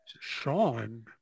Sean